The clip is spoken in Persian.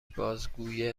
بازگویه